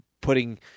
putting